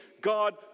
God